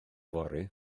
fory